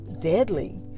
deadly